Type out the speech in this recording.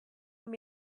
want